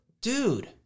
dude